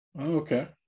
Okay